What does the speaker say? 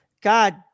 God